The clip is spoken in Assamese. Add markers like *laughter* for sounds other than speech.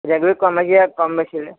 *unintelligible* কম বেছি হ'লে